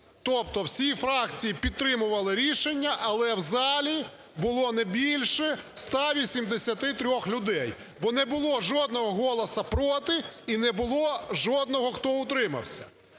Тобто всі фракції підтримували рішення, але в залі було не більше 183 людей, бо не було жодного голоса "проти" і не було жодного хто утримався.